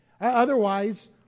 Otherwise